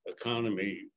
economy